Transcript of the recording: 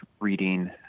reading